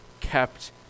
kept